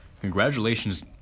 Congratulations